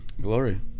glory